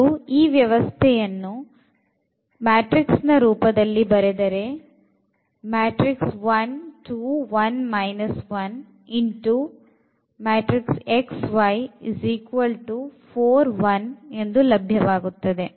ಮತ್ತು ಇದರಲ್ಲಿ unknown ಗಳು x ಮತ್ತು y ಆಗಿದೆ